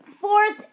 fourth